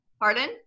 Pardon